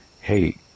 hey